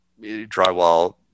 drywall